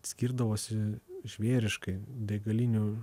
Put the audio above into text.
skirdavosi žvėriškai degalinių